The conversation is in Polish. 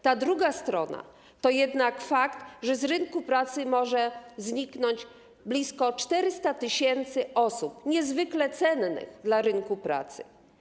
Ta druga strona to jednak fakt, że z rynku pracy może zniknąć blisko 400 tys. osób, niezwykle cennych dla rynku pracy.